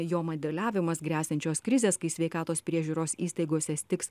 jo modeliavimas gresiančios krizės kai sveikatos priežiūros įstaigose stigs